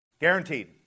Guaranteed